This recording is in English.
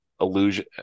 illusion